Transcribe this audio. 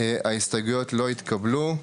הצבעה ההסתייגויות לא התקבלו.